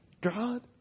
God